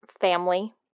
family